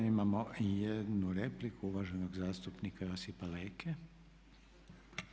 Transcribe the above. Imamo jednu repliku uvaženog zastupnika Josipa Leke.